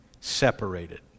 separated